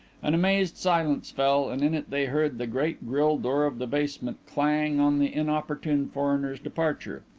an amazed silence fell, and in it they heard the great grille door of the basement clang on the inopportune foreigner's departure.